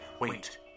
wait